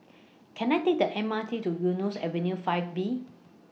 Can I Take The M R T to Eunos Avenue five B